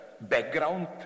background